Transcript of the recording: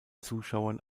zuschauern